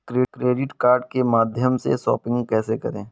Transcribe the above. Credit card के माध्यम से शॉपिंग कैसे करें?